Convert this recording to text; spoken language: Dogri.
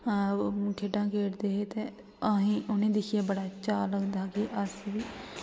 ओह् खेढां खेढदे हे ते असें ई उ'नें ई दिक्खियै बड़ा चाऽ लगदा हा कि अस बी